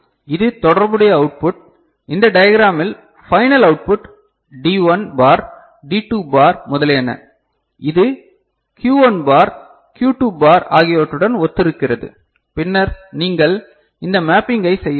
இது தொடர்புடைய output இந்த டியாக்ராமில் final output T 1 bar T 2 bar முதலியன இது க்யூ 1 பார் க்யூ 2 பார் ஆகியவற்றுடன் ஒத்திருக்கிறது பின்னர் நீங்கள் இந்த மேப்பிங்கை செய்யலாம்